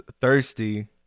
thirsty